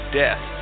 death